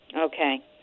Okay